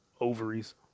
ovaries